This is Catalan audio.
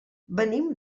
venim